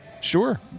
Sure